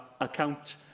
account